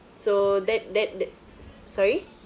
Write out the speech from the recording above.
so that that that s~ sorry